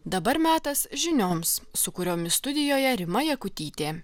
dabar metas žinioms su kuriomis studijoje rima jakutytė